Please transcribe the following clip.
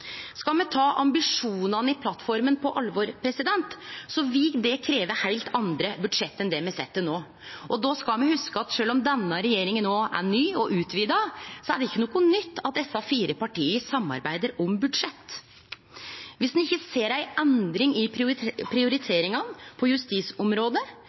Skal me ta ambisjonane i plattforma på alvor, vil det krevje heilt andre budsjett enn det me har sett til no. Då skal me hugse at sjølv om denne regjeringa no er ny og utvida, er det ikkje noko nytt at desse fire partia samarbeider om budsjett. Viss ein ikkje ser ei endring i